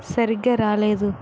సరిగ్గా రాలేదు